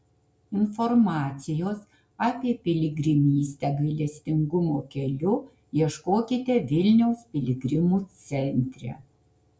informacijos apie piligrimystę gailestingumo keliu ieškokite vilniaus piligrimų centre